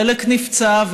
חלק נפצעו,